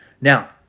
Now